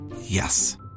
Yes